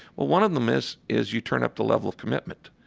well, one of them is is you turn up the level of commitment.